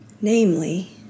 namely